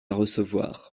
recevoir